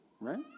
Right